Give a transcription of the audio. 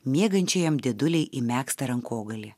miegančiajam dėdulei į megztą rankogalį